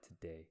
today